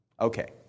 Okay